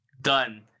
done